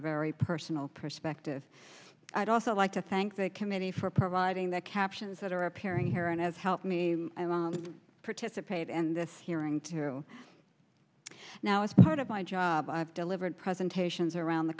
very personal perspective i'd also like to thank the committee for providing the captions that are appearing here and has helped me participate and this hearing to now is part of my job i have delivered presentations around the